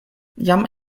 jam